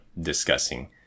discussing